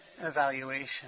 evaluation